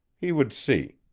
he would see.